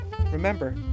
Remember